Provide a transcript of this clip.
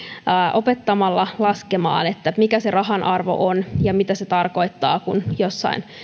opettamalla laskemaan mikä rahan arvo on ja mitä se tarkoittaa kun jossain